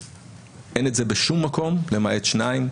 אין את זה בשום מקום, למעט שניים.